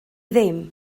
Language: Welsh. ddim